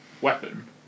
weapon